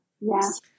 yes